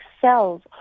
cells